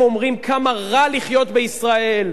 הם אומרים כמה רע לחיות בישראל,